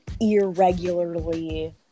irregularly